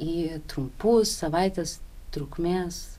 į trumpus savaitės trukmės